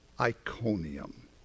Iconium